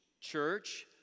church